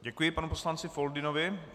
Děkuji panu poslanci Foldynovi.